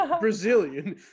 Brazilian